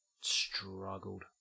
struggled